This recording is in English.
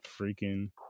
freaking